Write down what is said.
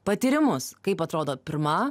patyrimus kaip atrodo pirma